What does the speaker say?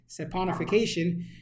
saponification